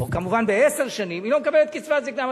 או כמובן בעשר שנים, היא לא מקבלת קצבת זיקנה.